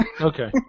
Okay